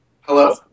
Hello